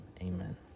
amen